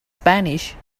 spanish